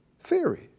Theory